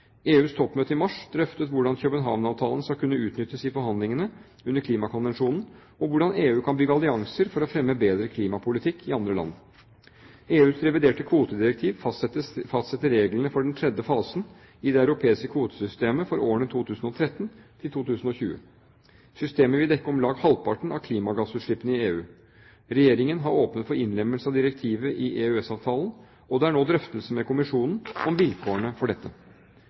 EUs toppmøte i mars drøftet hvordan København-avtalen skal kunne utnyttes i forhandlingene under Klimakonvensjonen, og hvordan EU kan bygge allianser for å fremme bedre klimapolitikk i andre land. EUs reviderte kvotedirektiv fastsetter reglene for den tredje fasen i det europeiske kvotesystemet for årene 2013 til 2020. Systemet vil dekke om lag halvparten av klimagassutslippene i EU. Regjeringen har åpnet for innlemmelse av direktivet i EØS-avtalen, og det er nå drøftelser med kommisjonen om vilkårene for dette.